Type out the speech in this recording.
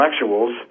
intellectuals